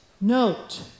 note